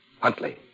Huntley